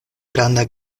granda